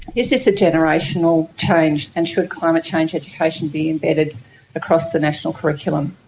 is this a generational change and should climate change education be embedded across the national curriculum?